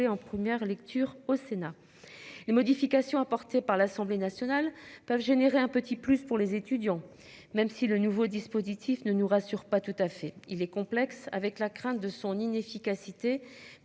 en première lecture au Sénat. Les modifications apportées par l'Assemblée nationale peuvent générer un petit plus pour les étudiants. Même si le nouveau dispositif ne nous rassure pas tout à fait il est complexe, avec la crainte de son inefficacité